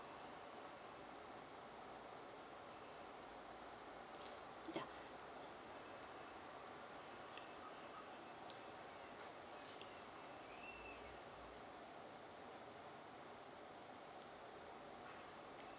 ya